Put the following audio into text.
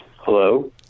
Hello